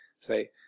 say